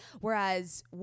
Whereas